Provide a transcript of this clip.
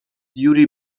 یوری